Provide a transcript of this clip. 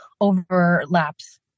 overlaps